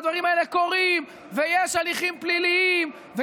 הדברים האלה קורים, ויש הליכים פליליים, לא נכון.